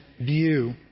view